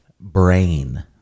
brain